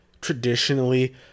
traditionally